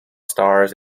stars